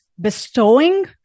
bestowing